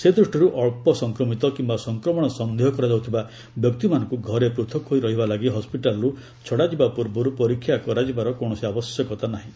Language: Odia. ସେ ଦୃଷ୍ଟିର୍ ଅଞ୍ଚ ସଂକ୍ରମିତ କିମ୍ବା ସଂକ୍ରମଣ ସନ୍ଦେହ କରାଯାଉଥିବା ବ୍ୟକ୍ତିମାନଙ୍କୁ ଘରେ ପୃଥକ ହୋଇ ରହିବା ଲାଗି ହସିଟାଲ୍ରୁ ଛଡ଼ାଯିବା ପୂର୍ବରୁ ପରୀକ୍ଷା କରାଯିବାର କୌଣସି ଆବଶ୍ୟକତା ନାହିଁ